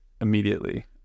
immediately